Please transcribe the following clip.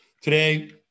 Today